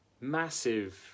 massive